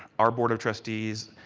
our board of trustees,